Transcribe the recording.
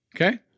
Okay